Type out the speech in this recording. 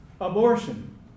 abortion